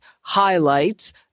highlights